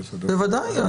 בוודאי.